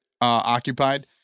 occupied